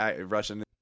Russian